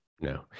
no